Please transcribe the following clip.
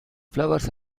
flowers